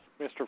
Mr